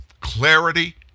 clarity